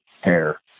hair